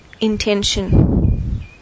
intention